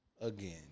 again